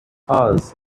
hours